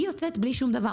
היא יוצאת בלי שום דבר.